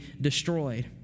destroyed